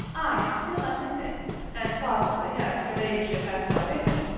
i am still unconvinced, and plausibly as her ladyship has now written,